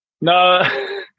No